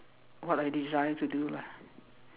what I desire to do lah